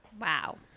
Wow